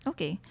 Okay